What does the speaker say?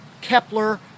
Kepler